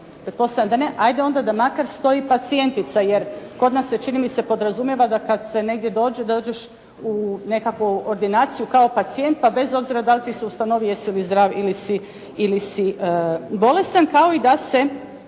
da ne, hajde da onda makar stoji pacijentica. Jer kod nas se čini mi se podrazumijeva da kad se negdje dođe da dođeš u nekakvu ordinaciju kao pacijent, pa bez obzira da li ti se ustanovi jesi li zdrav ili si bolestan kao i da se